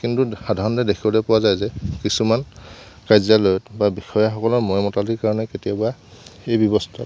কিন্তু সাধাৰণতে দেখিবলৈ পোৱা যায় যে কিছুমান কাৰ্যালয়ত বা বিষয়াসকলৰ মইমতালিৰ কাৰণে কেতিয়াবা সেই ব্যৱস্থাত